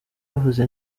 bavuze